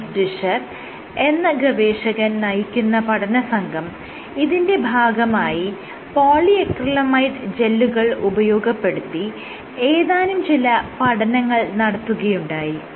Dennis Discher എന്ന ഗവേഷകൻ നയിക്കുന്ന പഠനസംഘം ഇതിന്റെ ഭാഗമായി PA ജെല്ലുകൾ ഉപയോഗപ്പെടുത്തി ഏതാനും ചില പഠനങ്ങൾ നടത്തുകയുണ്ടായി